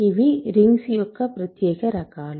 ఇవి రింగ్స్ యొక్క ప్రత్యేక రకాలు